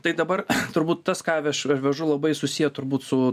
tai dabar turbūt tas ką aš vežu labai susiję turbūt su